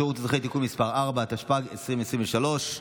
התשפ"ג 2023,